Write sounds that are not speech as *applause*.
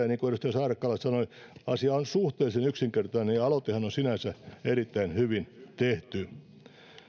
*unintelligible* niin kuin edustaja saarakkala sanoi on suhteellisen yksinkertainen ja aloitehan on sinänsä erittäin hyvin tehty